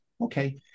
Okay